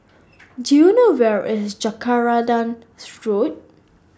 Do YOU know Where IS Jacaranda Road